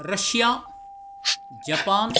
Russia Japan